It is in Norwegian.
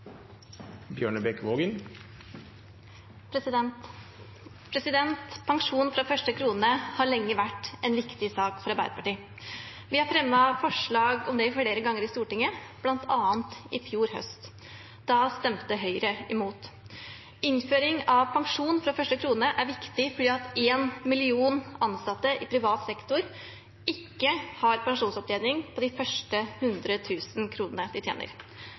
flere ganger i Stortinget, bl.a. i fjor høst. Da stemte Høyre imot. Innføring av pensjon fra første krone er viktig fordi én million ansatte i privat sektor ikke har pensjonsopptjening for de første 100 000 kr de tjener.